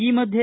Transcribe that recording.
ಈ ಮಧ್ಯೆ